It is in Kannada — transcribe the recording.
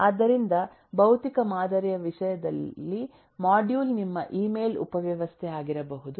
ಆದ್ದರಿಂದ ಭೌತಿಕ ಮಾದರಿಯ ವಿಷಯದಲ್ಲಿ ಮಾಡ್ಯೂಲ್ ನಿಮ್ಮ ಇಮೇಲ್ ಉಪವ್ಯವಸ್ಥೆಯಾಗಿರಬಹುದು